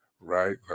right